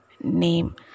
name